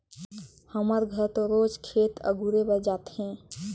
हमर घर तो रोज खेत अगुरे बर जाथे